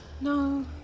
No